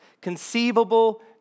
conceivable